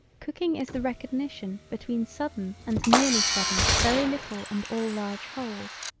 cooking is the recognition between sudden and nearly sudden very little and all large holes.